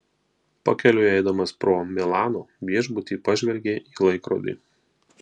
pakeliui eidamas pro milano viešbutį pažvelgė į laikrodį